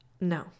No